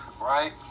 right